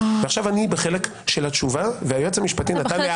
עכשיו אני בחלק של התשובה והיועץ המשפטי נתן לי הערת ביניים